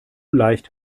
leicht